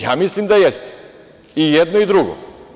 Ja mislim da jeste, i jedno i drugo.